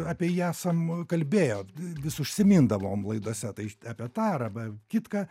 apie jį esam kalbėję vis užsimindavom laidose tai apie tą arba kitką